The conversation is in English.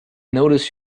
notice